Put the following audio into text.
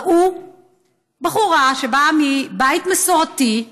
ראו בחורה שבאה מבית מסורתי,